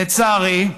לצערי,